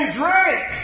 drink